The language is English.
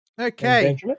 Okay